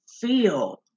feel